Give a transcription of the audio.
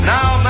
Now